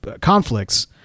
conflicts